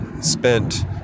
spent